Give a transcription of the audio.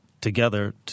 together